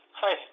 Hi